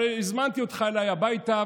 הרי הזמנתי אותך אליי הביתה,